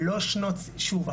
שוב,